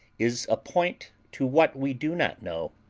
is a point to what we do not know.